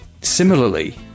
similarly